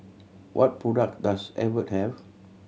what product does Abbott have